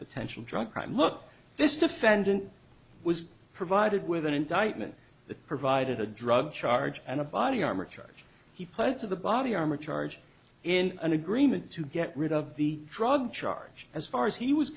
potential drug crime look this defendant was provided with an indictment that provided a drug charge and a body armor charge he pled to the body armor charge in an agreement to get rid of the drug charge as far as he was